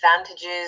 advantages